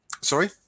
Sorry